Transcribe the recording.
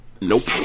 nope